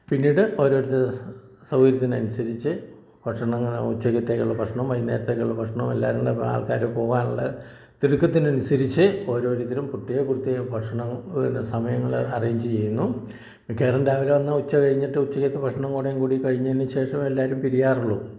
പിന്നീട് ഓരോരുത്തരും സൗകര്യത്തിനനുസരിച്ച് ഭക്ഷണം ഇങ്ങനെ ഉച്ചയ്ക്കത്തേക്കുള്ള ഭക്ഷണം വൈകുന്നേരത്തേക്കുള്ള ഭക്ഷണം എല്ലാവരും കൂടെ നമ്മള് ആൾക്കാര് പോകാനുള്ള തിടുക്കത്തിനനുസരിച്ച് ഓരോരുത്തരും പ്രത്യേകം പ്രത്യേകം ഭക്ഷണ സമയങ്ങള് അറേഞ്ച് ചെയ്യുന്നു മിക്കവാറും രാവിലെ വന്നാൽ ഉച്ച കഴിഞ്ഞിട്ട് ഉച്ചക്കത്തെ ഭക്ഷണം കൂടെ കൂടി കഴിഞ്ഞതിന് ശേഷം എല്ലാവരും പിരിയാറുള്ളൂ